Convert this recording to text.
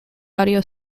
audio